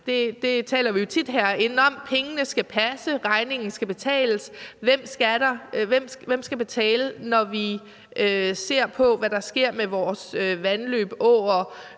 Det taler vi jo tit om herinde: Pengene skal passe, regningen skal betales. Hvem skal betale, når vi ser på, hvad der sker med vores vandløb, åer,